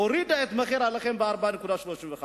את מחיר הלחם ב-4.35%.